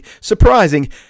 surprising